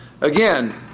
again